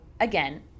again